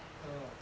orh